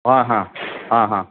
हां हां हां हां